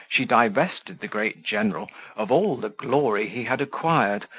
she divested the great general of all the glory he had acquired,